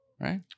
right